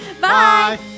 Bye